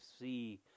see